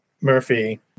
Murphy